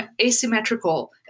asymmetrical